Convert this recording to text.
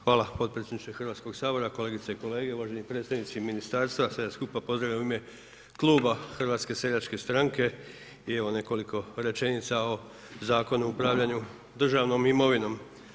Hvala potpredsjedniče Hrvatskog sabora, kolegice i kolege, uvaženi predstavnici ministarstva, sve vas skupa pozdravljam u ime kluba HSS-a i ovo nekoliko rečenica o Zakonu o upravljanju državnom imovinom.